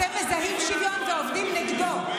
אתם מזהים שוויון ועובדים נגדו.